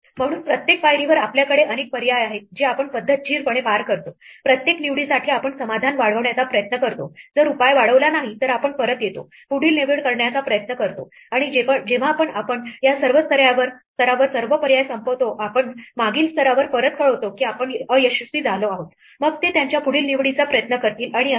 म्हणून प्रत्येक पायरीवर आपल्याकडे अनेक पर्याय आहेत जे आपण पद्धतशीरपणे पार करतो प्रत्येक निवडीसाठी आपण समाधान वाढवण्याचा प्रयत्न करतो जर उपाय वाढवला नाही तर आपण परत येतो पुढील निवड करण्याचा प्रयत्न करतो आणि जेव्हा आपण या स्तरावर सर्व पर्याय संपवतो आपण मागील स्तरावर परत कळवतो की आम्ही अयशस्वी झालो आहोत मग ते त्यांच्या पुढील निवडीचा प्रयत्न करतील आणि असेच